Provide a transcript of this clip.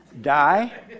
Die